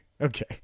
Okay